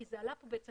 כי זה עלה פה בעצם